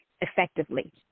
effectively